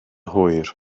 hwyr